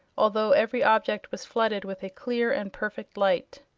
although every object was flooded with a clear and perfect light.